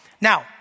Now